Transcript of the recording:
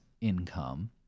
income